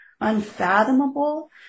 unfathomable